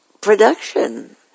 production